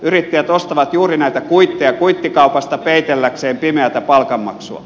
yrittäjät ostavat juuri näitä kuitteja kuittikaupasta peitelläkseen pimeätä palkanmaksua